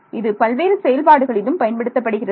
இது பல்வேறு செயல்பாடுகளிலும் பயன்படுத்தப்படுகிறது